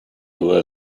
were